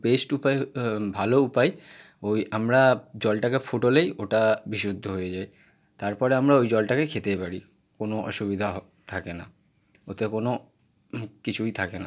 best উপায় হ ভালো উপায় ওই আমরা জলটাকে ফোটালেই ওটা বিশুদ্ধ হয়ে যায় তার পরে আমরা ওই জলটাকে খেতে পারি কোনো অসুবিধা হ থাকে না ওতে কোনো কিছুই থাকে না